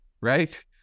right